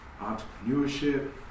entrepreneurship